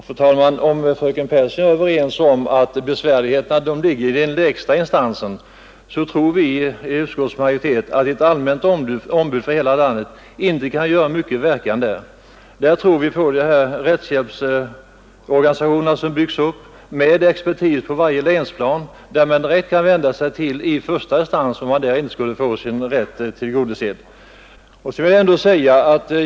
Fru talman! Om fröken Pehrsson håller med om att svårigheterna ligger i den lägsta instansen, måste hon nog instämma med oss i utskottets majoritet i att ett allmänt ombud för hela landet inte kan göra mycket i denna fråga. Vi tror i detta sammanhang på de rättshjälpsorganisationer som byggs upp med expertis på länsplanet, dit man kan vända sig direkt i första instans, om man inte skulle få sin rätt tillgodosedd.